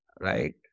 right